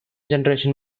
generation